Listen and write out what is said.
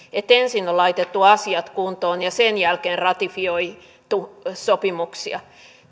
että ensin on laitettu asiat kuntoon ja sen jälkeen ratifioitu sopimuksia